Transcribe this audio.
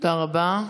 תודה רבה.